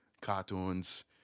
cartoons